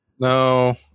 no